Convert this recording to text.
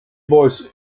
boys